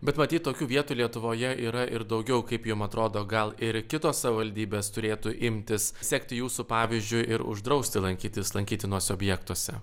bet matyt tokių vietų lietuvoje yra ir daugiau kaip jum atrodo gal ir kitos savivaldybės turėtų imtis sekti jūsų pavyzdžiu ir uždrausti lankytis lankytinuose objektuose